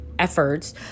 efforts